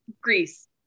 Greece